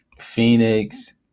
Phoenix